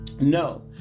No